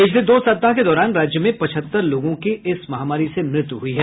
पिछले दो सप्ताह के दौरान राज्य में पचहत्तर लोगों की इस महामारी से मृत्यु हुई है